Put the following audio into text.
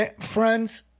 friends